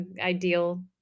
ideal –